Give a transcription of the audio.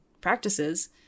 practices